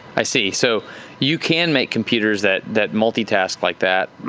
i see. so you can make computers that that multitask like that.